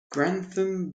grantham